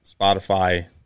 Spotify